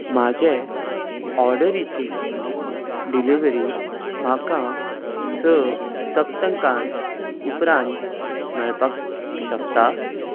म्हजे ऑर्डरीची डिलिव्हरी म्हाका स सप्तका उपरांत मेळपाक शकता